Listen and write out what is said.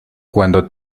cuando